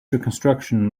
reconstruction